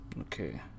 Okay